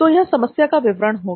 तो यह समस्या का विवरण हो गया